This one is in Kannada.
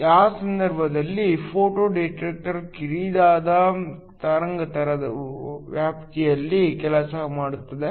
ಆ ಸಂದರ್ಭದಲ್ಲಿ ಫೋಟೋ ಡಿಟೆಕ್ಟರ್ ಕಿರಿದಾದ ತರಂಗಾಂತರ ವ್ಯಾಪ್ತಿಯಲ್ಲಿ ಕೆಲಸ ಮಾಡುತ್ತದೆ